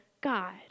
God